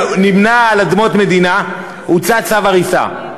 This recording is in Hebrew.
שנבנה על אדמות מדינה, הוצא צו הריסה.